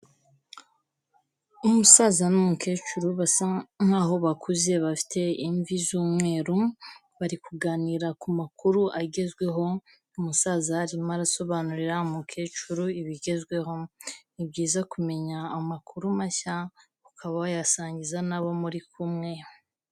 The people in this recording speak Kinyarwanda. Umusaza n'umukecuru basa nkaho bakuze bafite imvi z'umweru bari kuganira ku makuru agezweho, umusaza arimo asobanurira umukecuru ibigezweho, ni byiza kumenya amakuru mashya ukaba wayasangiza n'abo muri kumwe.